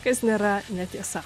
kas nėra netiesa